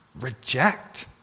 Reject